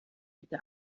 bitte